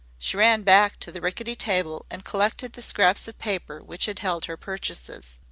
she ran back to the rickety table and collected the scraps of paper which had held her purchases.